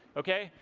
okay?